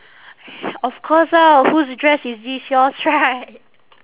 of course ah whose dress is this yours right